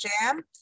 jam